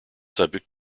subject